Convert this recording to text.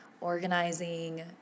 organizing